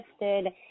interested